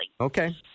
Okay